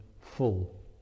full